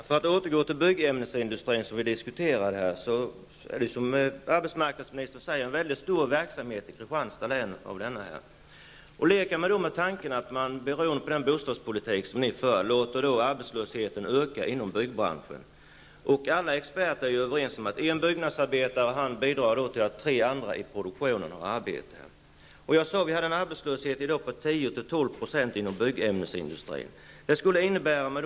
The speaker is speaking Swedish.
Fru talman! Låt mig återgå till byggämnesindustrin, som vi diskuterade. Det förekommer en väldigt stor verksamhet på det området i Kristianstads län. Beroende på den bostadspolitik som ni för låter ni arbetslösheten öka inom byggbranschen. Alla experter är överens om att en byggnadsarbetare bidrar till att tre andra i produktionen har arbete. Som jag sade har vi en arbetslöshet på 10--12 % inom byggnadsbranschen i Kristianstads län.